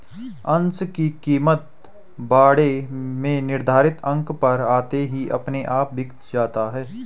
अंश की कीमत बाड़े में निर्धारित अंक पर आते ही अपने आप बिक जाता है